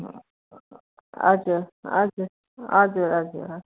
हजुर हजुर हजुर हजुर हजुर